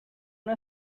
una